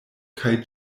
kaj